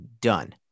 done